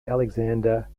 alexander